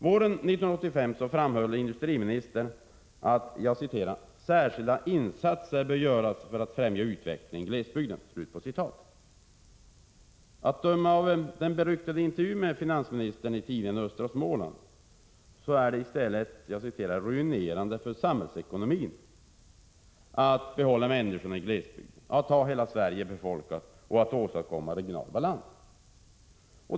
Våren 1985 framhöll industriministern att ”särskilda insatser bör göras för att främja utvecklingen i glesbygden”. Att döma av den beryktade intervjun med finansministern i tidningen Östra Småland är det i stället ”ruinerande för samhällsekonomin” att behålla människorna i glesbygden, att ha hela Sverige befolkat och att åstadkomma regional balans.